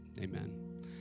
amen